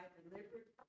delivered